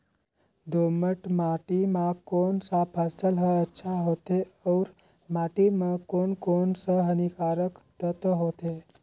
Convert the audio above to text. दोमट माटी मां कोन सा फसल ह अच्छा होथे अउर माटी म कोन कोन स हानिकारक तत्व होथे?